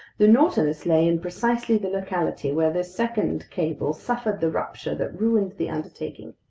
the nautilus lay in precisely the locality where this second cable suffered the rupture that ruined the undertaking.